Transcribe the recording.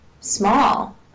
small